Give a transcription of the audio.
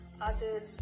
others